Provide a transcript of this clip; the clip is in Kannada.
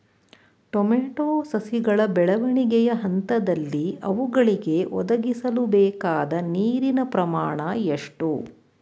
ಟೊಮೊಟೊ ಸಸಿಗಳ ಬೆಳವಣಿಗೆಯ ಹಂತದಲ್ಲಿ ಅವುಗಳಿಗೆ ಒದಗಿಸಲುಬೇಕಾದ ನೀರಿನ ಪ್ರಮಾಣ ಎಷ್ಟು?